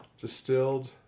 distilled